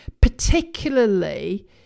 particularly